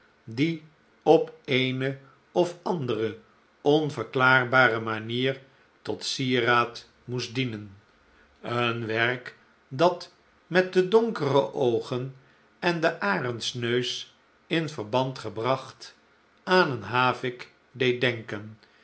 die op eene of andere onverklaarbare manier tot sieraad moest dienen een werk dat met de donkere oogen en den arendsneus in verband gebracht aan een havik deed denken